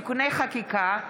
(תיקוני חקיקה),